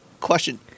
question